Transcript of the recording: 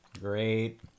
Great